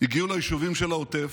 הגיעו ליישובים של העוטף,